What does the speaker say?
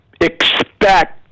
expect